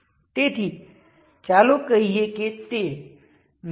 આપણે જાણવાની જરૂર છે તે લિનિયર કોમ્બિનેશન શું છે બસ